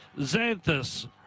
Xanthus